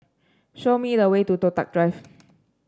show me the way to Toh Tuck Drive